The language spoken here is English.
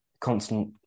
constant